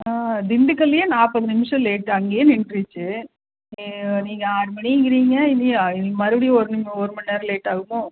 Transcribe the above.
ஆ திண்டுக்கல்லேயே நாற்பது நிமிஷம் லேட்டு அங்கையே நின்ட்ருச்சு நீங்கள் நீங்கள் ஆறு மணிங்கிறீங்க இல்லையே மறுபடியும் ஒரு ஒரு மண் நேரம் லேட்டாகுமோ